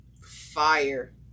Fire